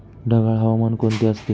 ढगाळ हवामान कोणते असते?